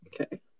Okay